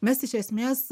mes iš esmės